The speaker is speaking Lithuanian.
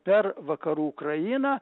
per vakarų ukrainą